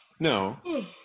no